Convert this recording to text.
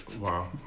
Wow